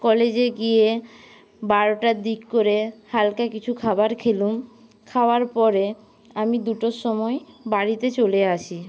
কলেজে গিয়ে বারোটার দিক করে হালকা কিছু খাবার খেলুম খাওয়ার পরে আমি দুটোর সময় বাড়িতে চলে আসি